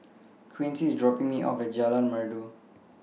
Quincy IS dropping Me off At Jalan Merdu